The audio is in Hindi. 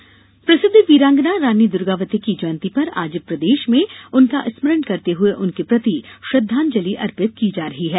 दुर्गावती जयंती प्रसिद्ध वीरांगना रानी दुर्गावती की जयंती पर आज प्रदेश में उनका स्मरण करते हुए उनके प्रति श्रद्वांजलि अर्पित की जा रही है